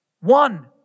One